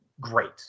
great